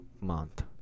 month